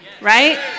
right